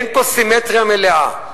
אין פה סימטריה מלאה.